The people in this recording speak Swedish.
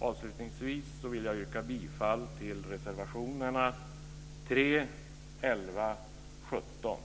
Avslutningsvis vill jag yrka bifall till reservationerna 3, 11 och 17.